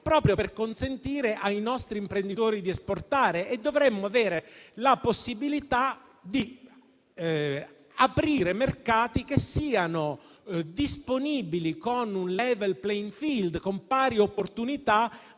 proprio per consentire ai nostri imprenditori di esportare. Dovremmo avere la possibilità di aprire mercati disponibili con un *level playing field*, ossia con pari opportunità,